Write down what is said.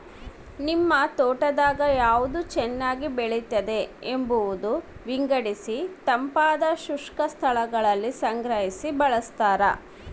ನಿಮ್ ತೋಟದಾಗ ಯಾವ್ದು ಚೆನ್ನಾಗಿ ಬೆಳೆದಿದೆ ಎಂಬುದ ವಿಂಗಡಿಸಿತಂಪಾದ ಶುಷ್ಕ ಸ್ಥಳದಲ್ಲಿ ಸಂಗ್ರಹಿ ಬಳಸ್ತಾರ